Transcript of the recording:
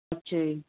ਅੱਛਾ ਜੀ